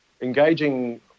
engaging